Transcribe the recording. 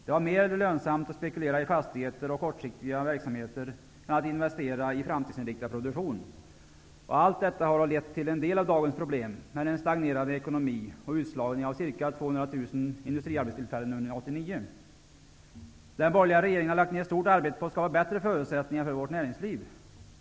Det var mer lönsamt att spekulera i fastigheter och kortsiktiga verksamheter än att investera i en framtidsinriktad produktion. Därigenom har vi fått en del av dagens problem med en stagnerande ekonomi och utslagning av ca 200 000 Den borgerliga regeringen har lagt ner ett stort arbete på att skapa bättre förutsättningar för vårt näringsliv.